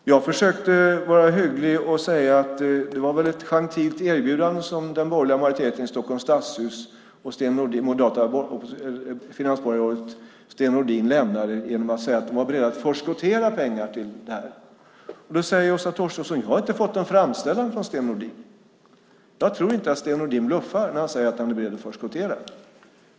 Jag försökte vara hygglig och säga att det var ett gentilt erbjudande som den borgerliga majoriteten i Stockholms stadshus och det moderata finansborgarrådet Sten Nordin lämnade genom att säga att man var beredd att förskottera pengar till detta. Då säger Åsa Torstensson att hon inte har fått någon framställan från Sten Nordin. Jag tror inte att Sten Nordin bluffar när han säger att han är beredd att förskottera.